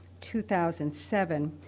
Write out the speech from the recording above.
2007